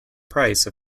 price